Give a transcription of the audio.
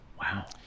Wow